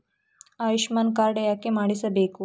Ayushman card ಯಾಕೆ ಮಾಡಿಸಬೇಕು?